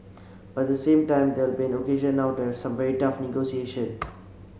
but the same time there be an occasion now to have some very tough negotiation